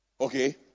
okay